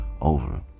over